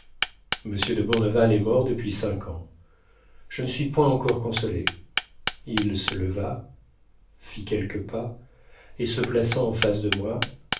m de bourneval est mort depuis cinq ans je ne suis point encore consolé il se leva fit quelques pas et se plaçant en face de moi